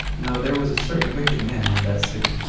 now there was a certain wicked man in that city,